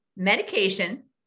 medication